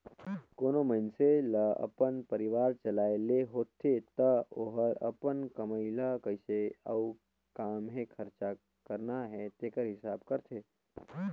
कोनो मइनसे ल अपन परिवार चलाए ले होथे ता ओहर अपन कमई ल कइसे अउ काम्हें खरचा करना हे तेकर हिसाब करथे